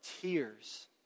tears